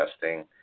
testing